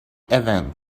event